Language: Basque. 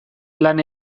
lan